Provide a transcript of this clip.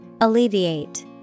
Alleviate